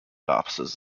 offices